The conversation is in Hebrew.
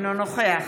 אינו נוכח